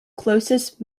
closest